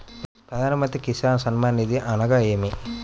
ప్రధాన మంత్రి కిసాన్ సన్మాన్ నిధి అనగా ఏమి?